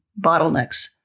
bottlenecks